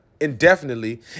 indefinitely